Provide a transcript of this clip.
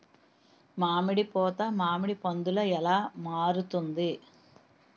మామిడి పూత మామిడి పందుల ఎలా మారుతుంది?